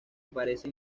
aparece